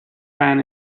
ran